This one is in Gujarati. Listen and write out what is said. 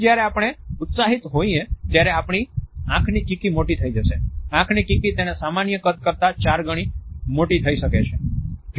જ્યારે આપણે ઉત્સાહિત હોઇએ ત્યારે આપણી આંખની કીકી મોટી થઈ જશે આંખની કીકી તેના સામાન્ય કદ કરતા ચાર ગણી મોટી થઈ શકે છે